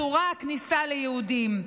"אסורה הכניסה ליהודים".